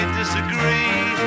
disagree